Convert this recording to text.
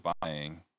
buying